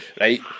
right